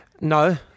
No